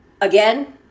again